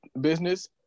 business